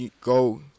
go